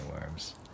worms